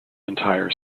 entire